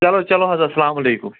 چلو چلو اَدٕ حظ السلام علیکم